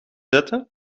zetten